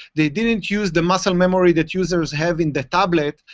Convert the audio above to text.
they didn't use the muscle memory that users have in the tablet,